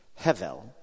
Hevel